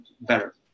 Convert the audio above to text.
better